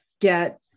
get